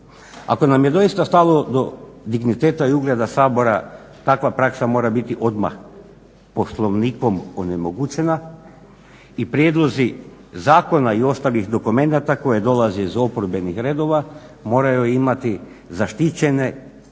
Ako nam je doista stalo do digniteta i ugleda Sabora takva praksa mora biti odmah Poslovnikom onemogućena i prijedlozi zakona i ostalih dokumenata koje dolaze iz oporbenih redova moraju imati zaštićene